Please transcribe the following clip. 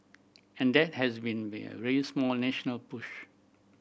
and that has been a national push